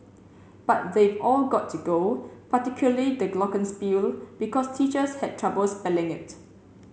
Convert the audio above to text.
but they've all got to go particularly the glockenspiel because teachers had trouble spelling it